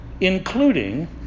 including